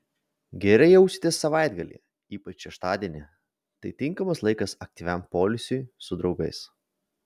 gerai jausitės savaitgalį ypač šeštadienį tai tinkamas laikas aktyviam poilsiui su draugais